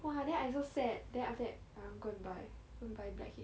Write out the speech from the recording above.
!wah! then I so sad then after that I want go and buy go and buy black head